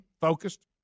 focused